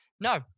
No